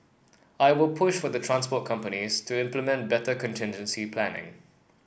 I will push for the transport companies to implement better contingency planning